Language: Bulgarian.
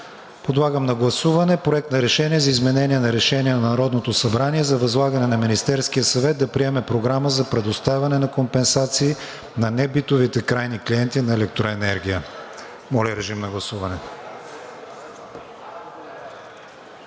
Подлагам на гласуване Проект на решение за изменение на Решение на Народното събрание за възлагане на Министерския съвет да приеме програма за предоставяне на компенсации на небитовите крайни клиенти на електроенергия. Докато тече гласуването